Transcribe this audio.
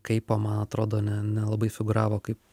kaipo man atrodo ne nelabai figūravo kaip